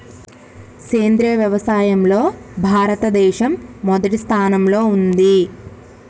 సేంద్రియ వ్యవసాయంలో భారతదేశం మొదటి స్థానంలో ఉంది